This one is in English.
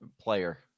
player